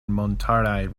montaraj